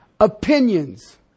opinions